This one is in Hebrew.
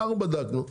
אנחנו בדקנו,